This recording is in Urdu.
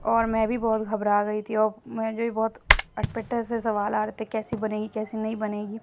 اور میں بھی بہت گھبرا گئی تھی اور مجھے بھی بہت اٹ پٹے سے سوال آ رہے تھے کیسی بنے گی کیسی نہیں بنے گی